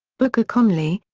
booker conley,